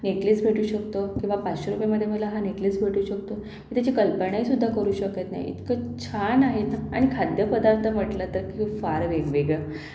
necklace भेटू शकतो किंवा पाचशे रूपयेमध्ये मला हा नेकलेस भेटू शकतो मी त्याची कल्पनाहीसुद्धा करू शकत नाही इतकं छान आहे ना आणि खाद्यपदार्थ म्हटलं तर फार वेगवेगळं